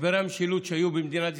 משברי המשילות שהיו במדינת ישראל,